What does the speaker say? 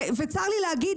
וצר לי להגיד